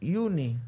מחודש יוני,